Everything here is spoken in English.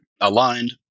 aligned